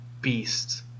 beasts